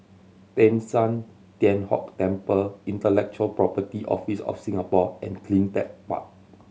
Teng San Tian Hock Temple Intellectual Property Office of Singapore and Cleantech Park